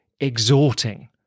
exhorting